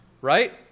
Right